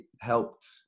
helped